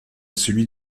celui